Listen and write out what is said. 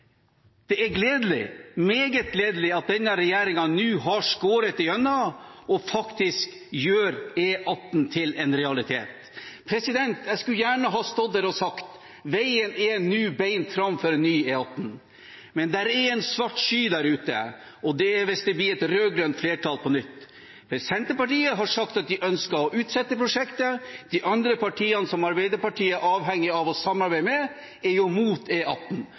er meget gledelig at denne regjeringen nå har skåret igjennom og faktisk gjør E18 til en realitet. Jeg skulle gjerne stått her og sagt at veien nå er rett fram for ny E18. Men det er en svart sky der ute, og det er hvis det blir et rød-grønt flertall på nytt. Senterpartiet har sagt at de ønsker å utsette prosjektet, og de andre partiene som Arbeiderpartiet er avhengig av å samarbeide med, er jo